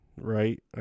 right